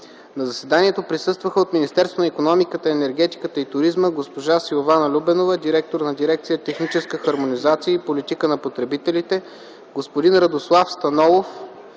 На заседанието присъстваха от Министерството на икономиката, енергетиката и туризма госпожа Силвана Любенова – директор на Дирекция „Техническа хармонизация и политика на потребителите”, господин Радослав Станолов